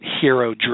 hero